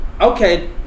okay